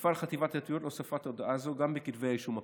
תפעל חטיבת התביעות להוספת הודעה זו גם בכתבי האישום הפליליים.